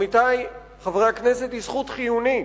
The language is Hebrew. עמיתי חברי הכנסת, היא זכות חיונית.